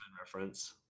reference